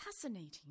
Fascinating